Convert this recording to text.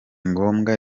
ngombwa